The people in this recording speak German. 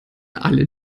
alle